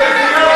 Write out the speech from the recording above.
זו פגיעה